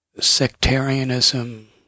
sectarianism